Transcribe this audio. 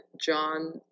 John